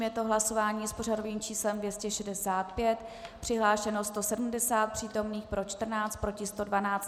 Je to hlasování s pořadovým číslem 265, přihlášeno 170 přítomných, pro 14, proti 112.